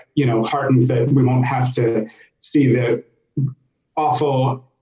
you know heartened that we won't have to see the awful